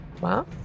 Wow